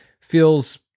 feels